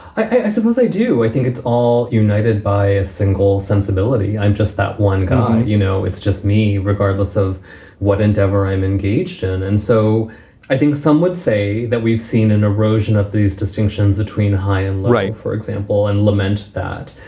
i suppose i do. i think it's all united by a single sensibility. i'm just that one guy. you know, it's just me, regardless of what endeavor i'm engaged in. and and so i think some would say that we've seen an erosion of these distinctions between high and low. right. for example, and lament that.